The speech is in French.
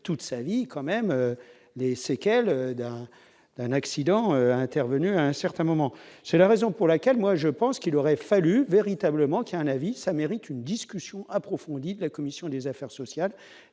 toute sa vie, quand même, les séquelles d'un d'un accident intervenu à un certain moment, c'est la raison pour laquelle, moi je pense qu'il aurait fallu véritablement qu'il y a un avis, ça mérite une discussion approfondie de la commission des affaires sociales